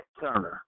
turner